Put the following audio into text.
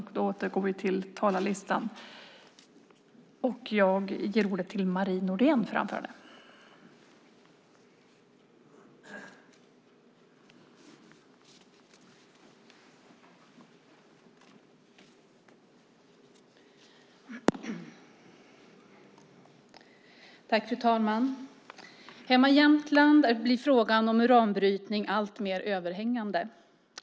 Hemma i Jämtland blir frågan om uranbrytning alltmer överhängande.